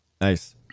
Nice